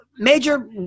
Major